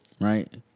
right